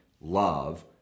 love